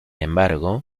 embargo